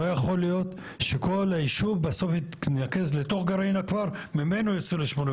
לא יכול להיות שכל היישוב בסוף יתנקז לתוך גרעין הכפר וממנו ייצאו ל-89.